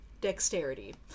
dexterity